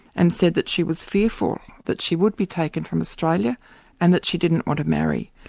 and said that she was fearful that she would be taken from australia and that she didn't want to marry.